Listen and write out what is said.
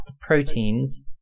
proteins